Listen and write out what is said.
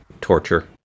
torture